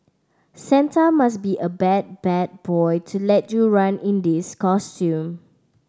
Santa must be a bad bad boy to let you run in these costume